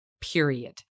period